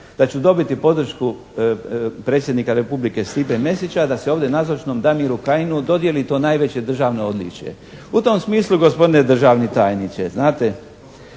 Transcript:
da ću dobiti podršku predsjednika Republike Stipe Mesića da se ovdje nazočnom Damiru Kajinu dodijeli to najveće državno odličje. U tom smislu, gospodine državni tajniče znate,